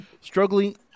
struggling